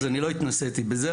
אז אני לא התנסיתי בזה,